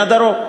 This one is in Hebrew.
מהדרום.